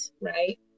right